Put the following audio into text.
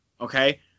okay